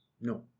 No